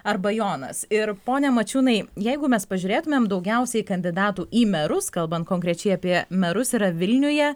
arba jonas ir pone mačiūnai jeigu mes pažiūrėtumėme daugiausiai kandidatų į merus kalbant konkrečiai apie merus yra vilniuje